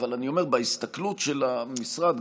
אבל בהסתכלות של המשרד,